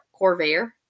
Corvair